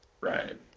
right